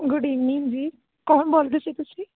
good evening ਜੀ ਕੌਣ ਬੋਲਦੇ ਸੀ ਤੁਸੀਂ